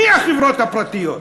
מי החברות הפרטיות?